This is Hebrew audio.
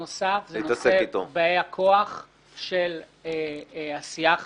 העניין הנוסף זה באי-הכוח של הסיעה החדשה.